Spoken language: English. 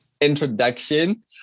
introduction